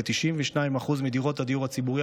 בכ-92% מדירות הדיור הציבורי,